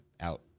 out